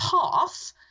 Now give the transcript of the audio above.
path